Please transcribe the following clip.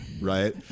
right